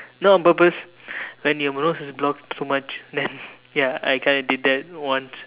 not on purpose when your nose is blocked so much then ya I kind of did that once